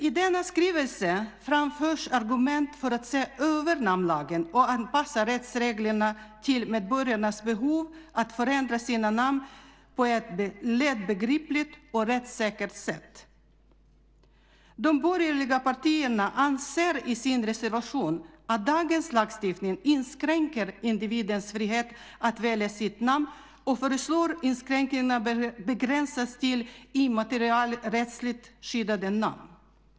I denna skrivelse framförs argument för att se över namnlagen och anpassa rättsreglerna till medborgarnas behov av att förändra sina namn på ett lättbegripligt och rättssäkert sätt. De borgerliga partierna anser i sin reservation att dagens lagstiftning inskränker individens frihet att välja sitt namn och föreslår att inskränkningarna begränsas till immaterialrättsligt skyddade namn.